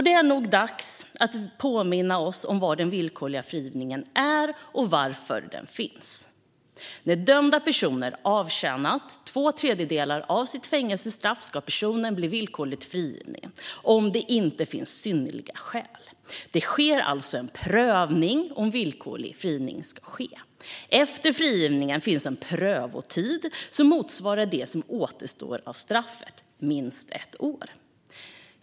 Det är nog dags att påminna oss om vad den villkorliga frigivningen är och varför den finns. När en dömd person har avtjänat två tredjedelar av sitt fängelsestraff ska personen bli villkorligt frigiven om det inte finns synnerliga skäl. Det sker alltså en prövning av om villkorlig frigivning ska ske. Efter frigivningen finns det en prövotid som motsvarar det som återstår av straffet, minst ett år.